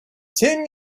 ten